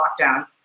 lockdown